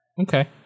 Okay